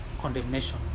condemnation